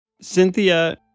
Cynthia